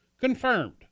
confirmed